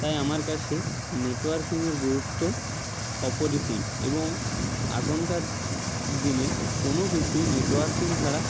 তাই আমার কাছে নেটওয়ার্কিংয়ের গুরুত্ব অপরিসীম এবং এখনকার দিনে কোনো কিছুই নেটওয়ার্কিং ছাড়া